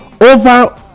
over